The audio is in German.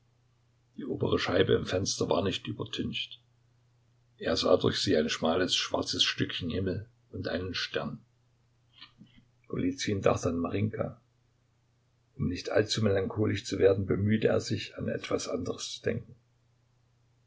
die obere scheibe im fenster war nicht übertüncht er sah durch sie ein schmales schwarzes stückchen himmel und einen stern golizyn dachte an marinjka um nicht allzu melancholisch zu werden bemühte er sich an etwas anderes zu denken